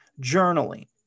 journaling